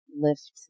lift